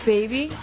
Baby